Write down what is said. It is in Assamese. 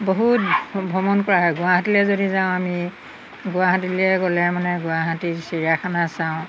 বহুত ভ্ৰমণ কৰা হয় গুৱাহাটীলৈ যদি যাওঁ আমি গুৱাহাটীলৈ গ'লে মানে গুৱাহাটী চিৰিয়াখানা চাওঁ